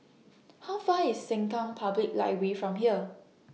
How Far IS Sengkang Public Library from here